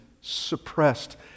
suppressed